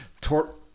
tort